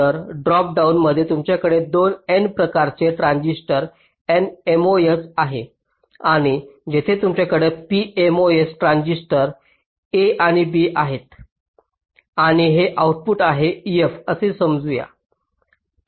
तर drop down मध्ये तुमच्याकडे २ n प्रकारचे ट्रान्झिस्टर nMOS आहेत आणि येथे तुमच्याकडे pMOS ट्रान्झिस्टर a आणि b आहेत आणि हे आउटपुट आहे f असे समजू